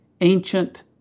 ancient